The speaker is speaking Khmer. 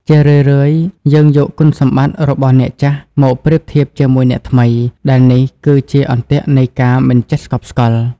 ជារឿយៗ យើងយកគុណសម្បត្តិរបស់អ្នកចាស់មកប្រៀបធៀបជាមួយអ្នកថ្មី ដែលនេះគឺជាអន្ទាក់នៃការមិនចេះស្កប់ស្កល់។